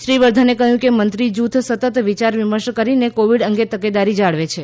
શ્રી વર્ધને કહ્યું કે મંત્રી જૂથ સતત વિયારવિમર્શ કરીને કોવીડ અંગે તકેદારી જાળવે છે